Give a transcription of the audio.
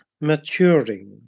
maturing